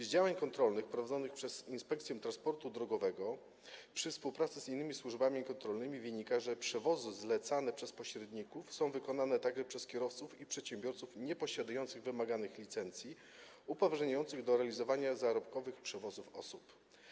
Z działań kontrolnych prowadzonych przez Inspekcję Transportu Drogowego przy współpracy z innymi służbami kontrolnymi wynika, że przewozy zlecane przez pośredników są wykonywane także przez kierowców i przedsiębiorców nieposiadających wymaganych licencji upoważniających do realizowania zarobkowych przewozów osób.